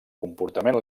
component